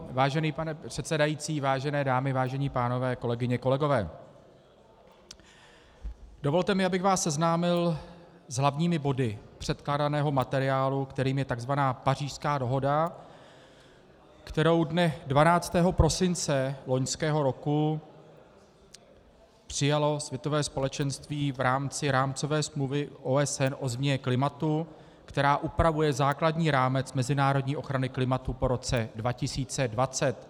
Vážený pane předsedající, vážené dámy, vážení pánové, kolegyně a kolegové, dovolte mi, abych vás seznámil s hlavními body předkládaného materiálu, kterým je tzv. Pařížská dohoda, kterou dne 12. prosince loňského roku přijalo světové společenství v rámci Rámcové smlouvy OSN o změně klimatu, která upravuje základní rámec mezinárodní ochrany klimatu po roce 2020.